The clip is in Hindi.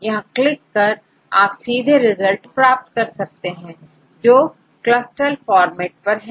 यहां क्लिक कर आप सीधे रिजल्ट प्राप्त कर सकते हैं जो CLUSTAL फॉर्मेट पर हैं